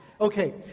Okay